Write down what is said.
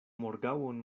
morgaŭon